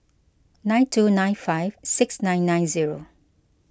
nine two nine five six nine nine zero